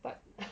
but